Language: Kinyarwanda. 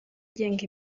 igenga